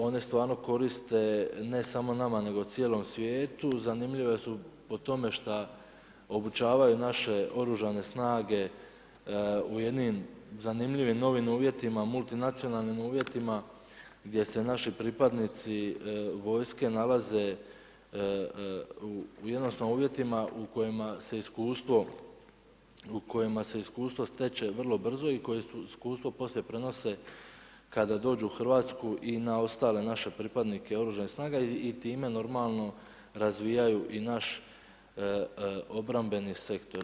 One stvarno koriste, ne samo nama, nego cijelom svijetu, zanimljive su po tome što obučavaju naše oružane snage u jednim zanimljivim novim uvjetima, multinacionalnim uvjetima, gdje se naši pripadnici, vojske nalaze u jednostavno, u uvjetima u kojima se iskustvo steče vrlo brzo i koje iskustvo poslije prenose kada dođu u Hrvatsku i na ostale naša pripadnike oružanih snaga i time normalno razvijaju i naš obrambeni sektor.